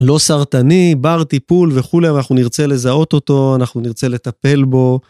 לא סרטני, בר טיפול וכולי, אנחנו נרצה לזהות אותו, אנחנו נרצה לטפל בו.